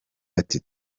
ati